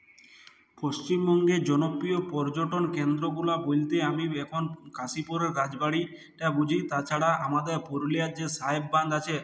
পশ্চিমবঙ্গের জনপ্রিয় পর্যটন কেন্দ্রগুলা বলতে আমি এখন কাশীপুরের রাজবাড়িটা বুঝি তাছাড়া আমাদের পুরুলিয়ার যে সাহেব বাঁধ আছে